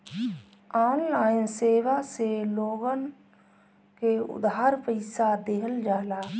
online सेवा से लोगन के उधार पईसा देहल जाला